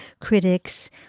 critics